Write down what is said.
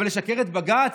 אבל לשקר לבג"ץ?